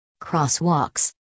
Crosswalks